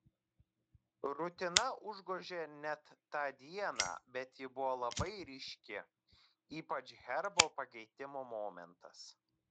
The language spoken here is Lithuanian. rutina užgožė net tą dieną bet ji buvo labai ryški ypač herbo pakeitimo momentas